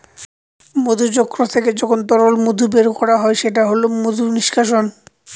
মধুচক্র থেকে যখন তরল মধু বের করা হয় সেটা হল মধু নিষ্কাশন